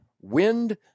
wind